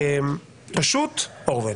פשוט אורוול.